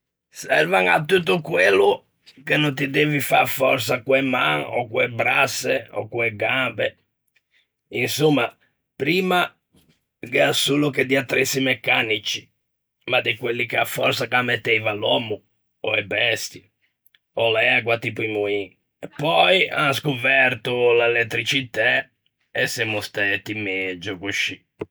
Servan à tutto quello che no ti devi fâ fòrsa co-e man ò co-e brasse ò co-e gambe, insomma, primma gh'ea solo che di attressi meccanici, ma de quelli che a fòrsa gh'â metteiva l'òmmo, ò e beste, ò l'ægua tipo i moin, pöi an scoverto l'elettrcitæ e semmo stæti megio coscì.